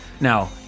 Now